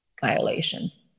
violations